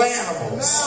animals